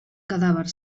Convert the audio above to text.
cadàver